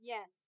Yes